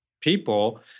people